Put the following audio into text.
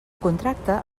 contracte